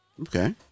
Okay